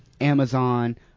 Amazon